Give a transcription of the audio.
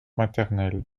maternelle